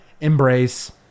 embrace